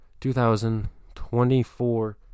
2024